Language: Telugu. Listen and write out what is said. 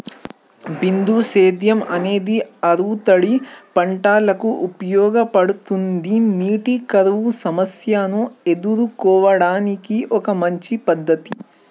బిందు సేద్యం అనేది ఆరుతడి పంటలకు ఉపయోగపడుతుందా నీటి కరువు సమస్యను ఎదుర్కోవడానికి ఒక మంచి పద్ధతి?